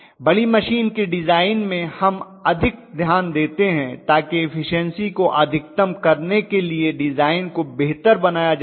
बड़ी मशीन के डिजाइन में हम अधिक ध्यान देते हैं ताकि इफिशन्सी को अधिकतम करने के लिए डिजाइन को बेहतर बनाया जा सके